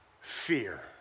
fear